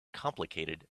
complicated